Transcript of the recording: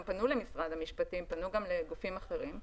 פנו למשרד המשפטים ופנו לגופים אחרים,